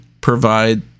provide